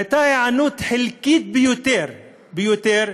הייתה היענות חלקית ביותר ביותר,